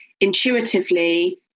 intuitively